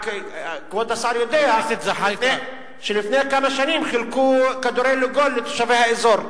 כבוד השר יודע שלפני כמה שנים חילקו כדורי "לוגול" לתושבי האזור.